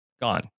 gone